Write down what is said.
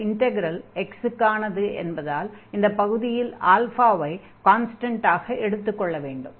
இந்த integral x க்கு ஆனது என்பதால் இந்தப் பகுதியில் " ஐ கான்ஸ்டன்டாக எடுத்துக் கொள்ள வேண்டும்